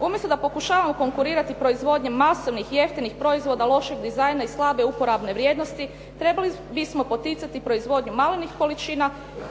Umjesto da pokušavamo konkurirati proizvodnji masovnih i jeftinih proizvoda lošeg dizajna i slabe uporabne vrijednosti trebali bismo poticati proizvodnju malenih količina